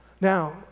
Now